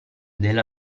della